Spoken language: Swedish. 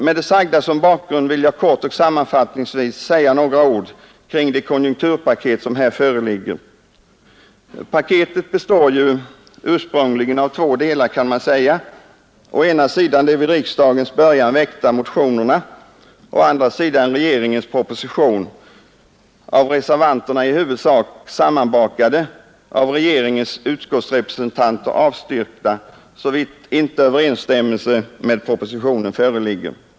Med det sagda som bakgrund vill jag kort och sammanfattningsvis säga några ord om det konjunkturpaket som här föreligger. Paketet består ju ursprungligen av två delar: å ena sidan de vid riksdagens början väckta motionerna, å andra sidan regeringens proposition. Motionerna är av reservanterna i huvudsak sammanbakade och har av regeringspartiets utskottsrepresentanter avstyrkts såvitt inte överensstämmelse med propositionen föreligger.